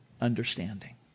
understanding